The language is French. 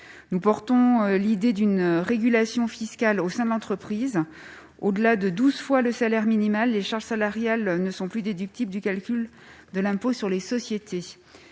nous défendons l'idée d'une régulation fiscale au sein de l'entreprise : au-delà de douze fois le salaire minimal, les charges salariales ne seraient plus déductibles du calcul de l'impôt sur les sociétés.